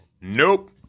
Nope